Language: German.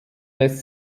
lässt